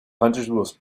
hunters